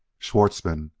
schwartzmann,